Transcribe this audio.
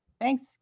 Thanks